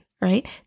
right